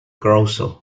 carousel